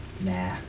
nah